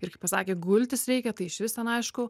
ir kai pasakė gultis reikia tai išvis ten aišku